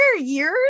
years